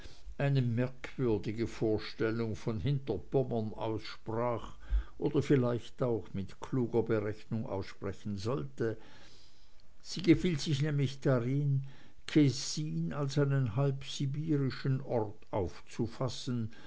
eine merkwürdige vorstellung von hinterpommern aussprach oder vielleicht auch mit kluger berechnung aussprechen sollte sie gefiel sich nämlich darin kessin als einen halbsibirischen ort aufzufassen